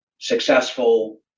successful